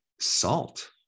salt